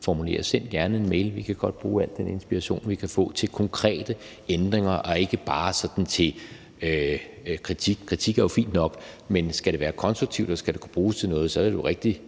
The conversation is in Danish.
formuleres. Send gerne en mail. Vi kan godt bruge al den inspiration, vi kan få, til konkrete ændringer og ikke bare kritik. Kritik er jo fint nok, men skal det være konstruktivt og kunne bruges til noget, er det jo rigtig